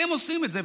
הם עושים את זה.